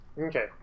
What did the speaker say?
Okay